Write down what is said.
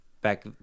back